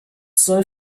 soll